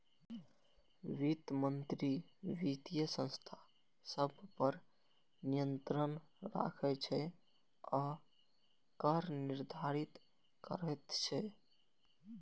वित्त मंत्री वित्तीय संस्था सभ पर नियंत्रण राखै छै आ कर निर्धारित करैत छै